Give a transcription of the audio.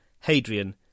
Hadrian